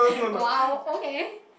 !wow! okay